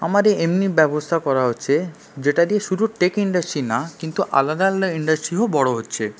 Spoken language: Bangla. আমাদের এমনই ব্যবস্থা করা হচ্ছে যেটা দিয়ে শুধু টেক ইন্ডাস্ট্রি না কিন্তু আলাদা আলাদা ইন্ডাস্ট্রিও বড়ো হচ্ছে